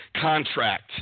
contract